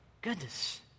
Goodness